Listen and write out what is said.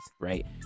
right